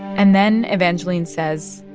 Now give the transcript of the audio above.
and then, evangeline says,